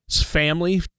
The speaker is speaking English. family